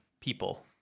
people